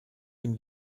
dem